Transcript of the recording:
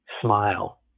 smile